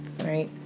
right